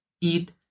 eat